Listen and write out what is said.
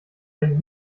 einen